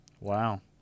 Wow